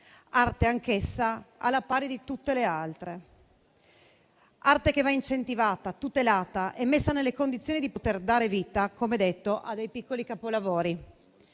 arte anch'essa alla pari di tutte le altre, arte che va incentivata, tutelata e messa nelle condizioni di poter dare vita a piccoli capolavori.